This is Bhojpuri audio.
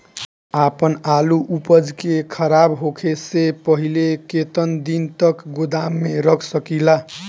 आपन आलू उपज के खराब होखे से पहिले केतन दिन तक गोदाम में रख सकिला?